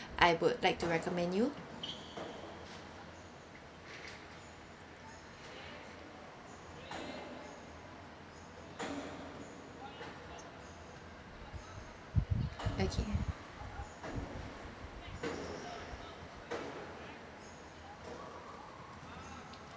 I would like to recommend you okay